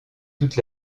toute